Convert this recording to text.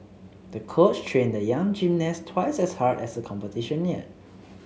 the coach trained the young gymnast twice as hard as the competition neared